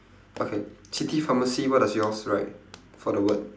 okay city pharmacy what does yours write for the word